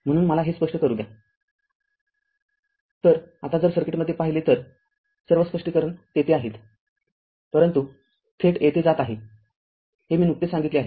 म्हणून मला हे स्पष्ट करू द्या तर आताजर सर्किटमध्ये पाहिले तर सर्व स्पष्टीकरण तेथे आहेतपरंतु थेट येथे जात आहे हे मी नुकतेच सांगितले आहे